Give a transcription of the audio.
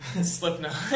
Slipknot